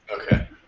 Okay